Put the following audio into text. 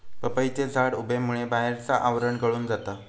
पपईचे झाड उबेमुळे बाहेरचा आवरण गळून जाता